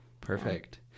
Perfect